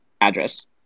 address